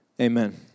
Amen